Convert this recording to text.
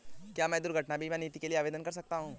क्या मैं दुर्घटना बीमा नीति के लिए आवेदन कर सकता हूँ?